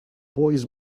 boys